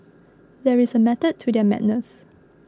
there is a method to their madness